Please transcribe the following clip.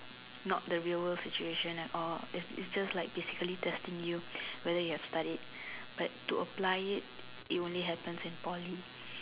not the real world situation at all it's just like basically testing whether you have studied but to apply it it only happens in Poly